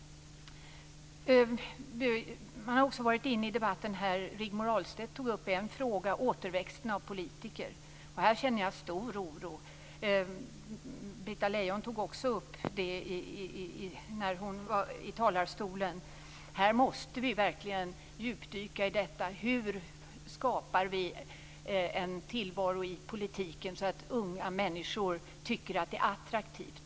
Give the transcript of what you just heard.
Man har också i debatten varit inne på återväxten av politiker. Rigmor Ahlstedt tog upp den frågan. Här känner jag stor oro. Britta Lejon tog också upp det i talarstolen. I detta måste vi verkligen djupdyka. Hur skapar vi en tillvaro i politiken så att unga människor tycker att det är attraktivt?